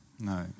no